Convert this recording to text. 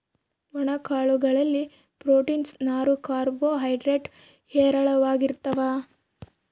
ಒಣ ಕಾಳು ಗಳಲ್ಲಿ ಪ್ರೋಟೀನ್ಸ್, ನಾರು, ಕಾರ್ಬೋ ಹೈಡ್ರೇಡ್ ಹೇರಳವಾಗಿರ್ತಾವ